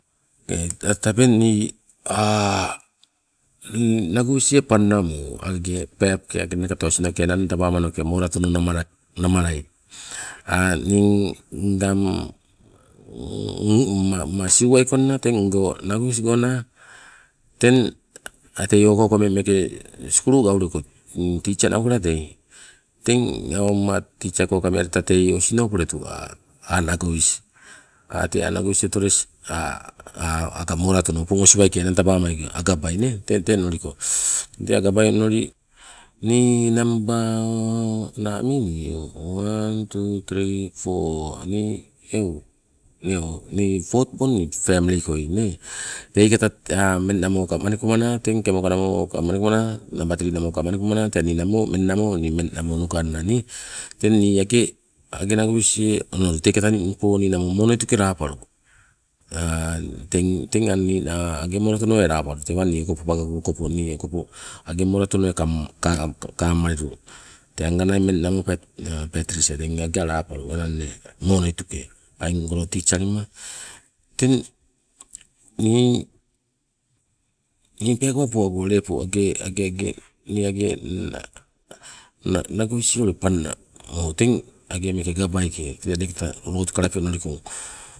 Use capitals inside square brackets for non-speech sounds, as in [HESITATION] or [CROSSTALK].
Okei tabeng nii [HESITATION] nagovisie panna mo age peepoke age kapta osinoke age peepoke age enang tabamanoke moratono namalai [HESITATION] nii ngang umma, nii umma siuwai konna teng ungo nagovis gona, teng tei okauka ummeng meeke sukulu gauleko tei tisia naukala teng ni umma tisia ko kamealeta osino poletu a' nagovis. A' nagovis otoles aga moratono opong osi waikes enang tabammano agabai nee, teng te onoli te agabai onoli nii namba na ami nii? Wan, tu, tri, fo, eu nii fot bon femli koi nee, tei kata ummeng namoka manikumana, teng kemokanamo ka manikuma manikumana teng ni namo ummeng namo nuganna nii. Teng ni age nagovisie onolu, teng taka namo monoituke lapalu, [HESITATION] teng nina age moratonoi lapalu, teng nii okopo age moratonoi kamka kamalilu, tenga nai ummeng namo patricia teng agega lapalu monoituke ai ungolo teach alima. Teng nii, nii peekawa po ago lepo age- age nii age nagovisie ule panna mo teng age meeke agabaike te adekata loutu kalape onolikong